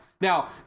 Now